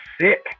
sick